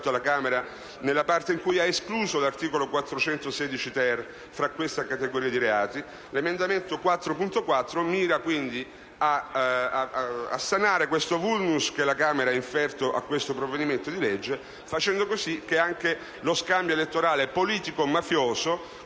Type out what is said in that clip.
dalla Camera nella parte in cui ha escluso l'articolo 416-*ter* da queste categorie di reati? L'emendamento 4.4 mira quindi a sanare il *vulnus* inferto dalla Camera a questo provvedimento di legge, facendo sì che lo scambio elettorale politico-mafioso